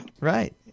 Right